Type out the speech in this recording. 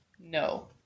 No